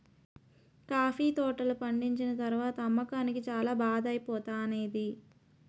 coffee తోటలు పండిచ్చిన తరవాత అమ్మకానికి చాల బాధ ఐపోతానేది